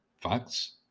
facts